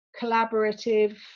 collaborative